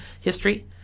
history